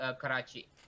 Karachi